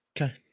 okay